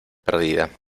perdida